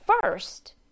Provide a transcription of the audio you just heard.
first